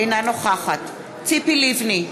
אינה נוכחת ציפי לבני,